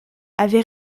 avait